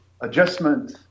adjustment